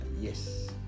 Yes